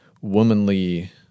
womanly